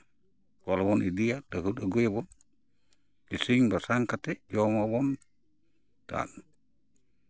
ᱠᱚᱞ ᱵᱚᱱ ᱤᱫᱤᱭᱟ ᱞᱟᱹᱦᱩᱫ ᱟᱹᱜᱩᱭᱟᱵᱚᱱ ᱤᱥᱤᱱ ᱵᱟᱥᱟᱝ ᱠᱟᱛᱮᱜ ᱡᱚᱢ ᱟᱵᱚᱱ